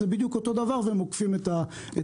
זה בדיוק אותו דבר והם עוקפים את הסיפור.